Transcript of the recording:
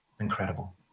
incredible